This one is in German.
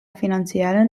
finanziellen